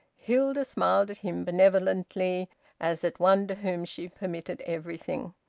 hilda smiled at him benevolently as at one to whom she permitted everything.